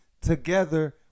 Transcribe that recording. together